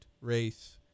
race